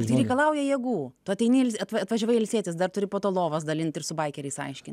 tai reikalauja jėgų tu ateini il at atvažiavai ilsėtis dar turi po to lovas dalint ir su baikeriais aiškin